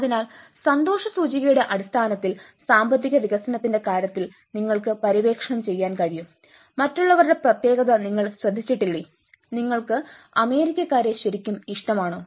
അതിനാൽ സന്തോഷ സൂചികയുടെ അടിസ്ഥാനത്തിൽ സാമ്പത്തികവികസനത്തിന്റെ കാര്യത്തിൽ നിങ്ങൾക്ക് പര്യവേക്ഷണം ചെയ്യാൻ കഴിയും മറ്റുള്ളവരുടെ പ്രത്യേകത നിങ്ങൾ ശ്രദ്ധിച്ചിട്ടില്ലേ നിങ്ങൾക്ക് അമേരിക്കക്കാരെ ശരിക്കും ഇഷ്ടമാണോ